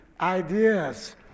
ideas